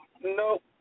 No